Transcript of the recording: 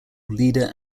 leader